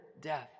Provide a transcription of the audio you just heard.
death